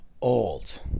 old